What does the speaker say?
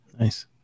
Nice